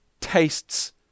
tastes